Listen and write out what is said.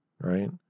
Right